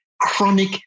chronic